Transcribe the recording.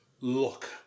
Look